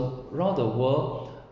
around the world